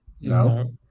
No